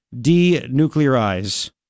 denuclearize